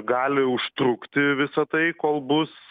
gali užtrukti visa tai kol bus